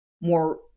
more